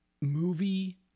Movie